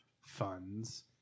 funds